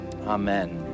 Amen